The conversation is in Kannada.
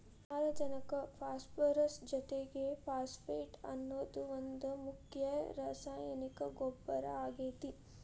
ಸಾರಜನಕ ಪಾಸ್ಪರಸ್ ಜೊತಿಗೆ ಫಾಸ್ಫೇಟ್ ಅನ್ನೋದು ಒಂದ್ ಮುಖ್ಯ ರಾಸಾಯನಿಕ ಗೊಬ್ಬರ ಆಗೇತಿ